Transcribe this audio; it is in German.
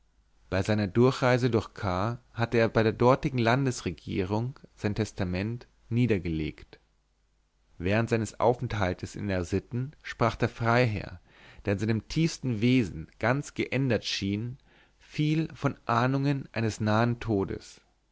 bei seiner durchreise durch k hatte er bei der dortigen landesregierung sein testament niedergelegt während seines aufenthaltes in r sitten sprach der freiherr der in seinem tiefsten wesen ganz geändert schien viel von ahnungen eines nahen todes